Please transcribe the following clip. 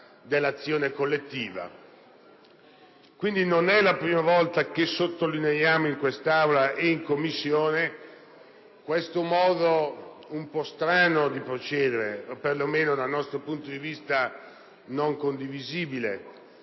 dell'azione collettiva. Non è quindi la prima volta che sottolineiamo, in Aula e in Commissione, questo modo un po' strano di procedere o perlomeno, dal nostro punto di vista, non condivisibile: